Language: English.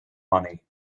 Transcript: money